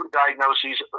diagnoses